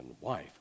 wife